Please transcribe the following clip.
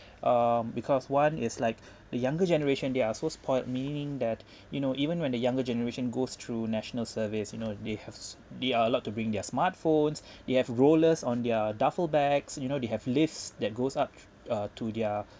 um because one is like the younger generation they are so spoilt meaning that you know even when the younger generation goes through national service you know they have s~ they are allowed to bring their smartphones they have rollers on their duffel bags you know they have lifts that goes up uh to their